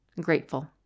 grateful